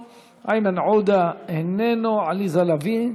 איננו, איימן עודה, איננו, עליזה לביא,